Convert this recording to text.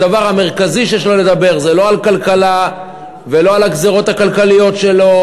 הדבר המרכזי שיש לו לדבר זה לא על כלכלה ולא על הגזירות הכלכליות שלו,